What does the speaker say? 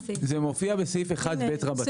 זה מופיע בסעיף 1ב רבתי.